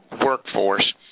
workforce